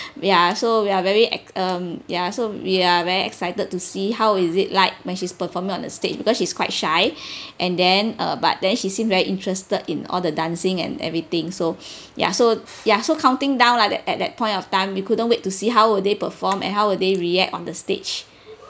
ya so we are very um ya so we are very excited to see how is it like when she's performing on a stage because she's quite shy and then err but then she seemed very interested in all the dancing and everything so ya so ya so counting down lah that at that point of time you couldn't wait to see how will they perform and how will they react on the stage